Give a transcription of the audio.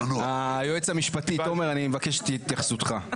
היועץ המשפטי, תומר, אני מבקש את התייחסותך.